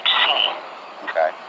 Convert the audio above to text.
Okay